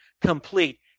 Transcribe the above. complete